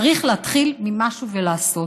צריך להתחיל ממשהו, לעשות.